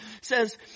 says